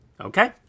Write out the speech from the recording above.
Okay